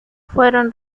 fueron